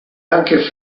anche